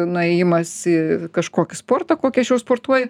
nuėjimas į kažkokį sportą kokį aš jau sportuoju